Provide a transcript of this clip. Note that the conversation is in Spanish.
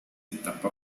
etapa